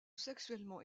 sexuellement